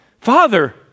Father